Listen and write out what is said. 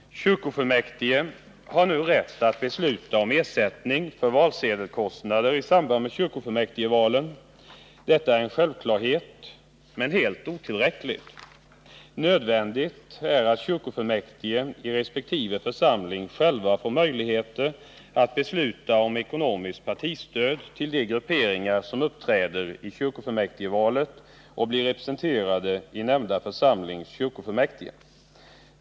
Kyrkofullmäktige har nu rätt att besluta om ersättning för valsedelskost 32 nader i samband med kyrkofullmäktigvalen. Detta är en självklarhet, men helt otillräckligt. Nödvändigt är att kyrkofullmäktige i resp. församling själva Nr 39 får möjlighet att besluta om ekonomiskt partistöd till de grupperingar som Onsdagen den uppträder i kyrkofullmäktigvalet och blir representerade i församlingens 28 november 1979 kyrkofullmäktige.